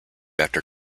after